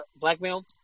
blackmailed